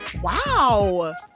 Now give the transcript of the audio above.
Wow